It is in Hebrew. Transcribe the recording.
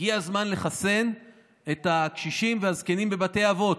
שהגיע הזמן לחסן את הזקנים והקשישים בבתי האבות.